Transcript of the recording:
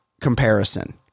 comparison